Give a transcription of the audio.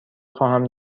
خواهم